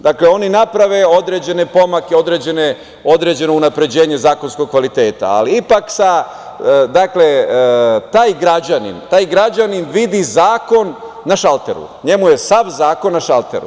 Dakle, oni naprave određene pomake, određeno unapređenje zakonskog kvaliteta, ali ipak, taj građanin, taj građanin vidi zakon na šalteru, njemu je sav zakon na šalteru.